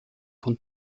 von